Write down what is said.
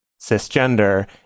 cisgender